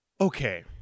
okay